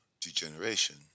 degeneration